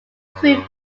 prove